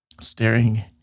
Staring